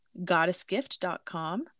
GoddessGift.com